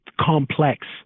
complex